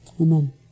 Amen